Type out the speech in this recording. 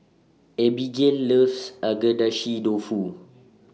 Abbigail loves Agedashi Dofu